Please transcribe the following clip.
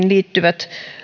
liittyvät